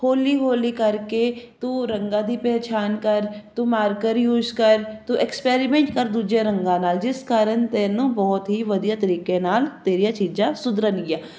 ਹੋਲੀ ਹੋਲੀ ਕਰਕੇ ਤੂੰ ਰੰਗਾਂ ਦੀ ਪਹਿਚਾਨ ਕਰ ਤੂੰ ਮਾਰਕਰ ਯੂਸ ਕਰ ਤੂੰ ਐਕਸਪੈਰੀਮੈਂਟ ਕਰ ਦੂਜਿਆਂ ਰੰਗਾਂ ਨਾਲ ਜਿਸ ਕਾਰਨ ਤੈਨੂੰ ਬਹੁਤ ਹੀ ਵਧੀਆ ਤਰੀਕੇ ਨਾਲ ਤੇਰੀਆਂ ਚੀਜ਼ਾਂ ਸੁਧਰਨਗੀਆਂ